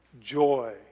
joy